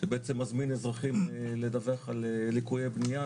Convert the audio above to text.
שמזמין אזרחים לדווח על ליקויי בניה.